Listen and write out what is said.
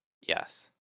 Yes